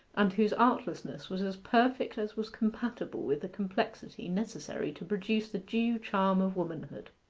and whose artlessness was as perfect as was compatible with the complexity necessary to produce the due charm of womanhood.